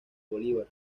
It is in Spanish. bolívar